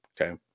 Okay